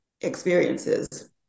experiences